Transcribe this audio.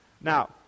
Now